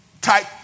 type